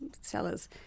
sellers